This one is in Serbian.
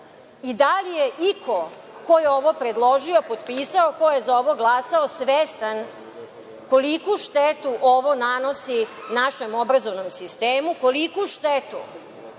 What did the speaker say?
i da li je iko ko je ovo predložio, potpisao, ko je za ovo glasao svestan koliku štetu ovo nanosi našem obrazovnom sistemu, koliku štetu